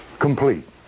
Complete